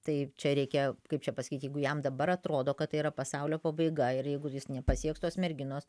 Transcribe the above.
tai čia reikia kaip čia pasakyt jeigu jam dabar atrodo kad tai yra pasaulio pabaiga ir jeigu jis nepasieks tos merginos